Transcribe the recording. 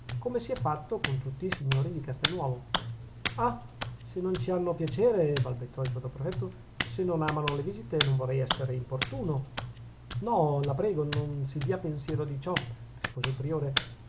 come si è fatto con tutti i signori di castelnuovo ah se non ci hanno piacere balbettò il sottoprefetto se non amano le visite non vorrei essere importuno no la prego non si dia pensiero di ciò rispose il priore